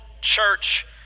church